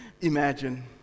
imagine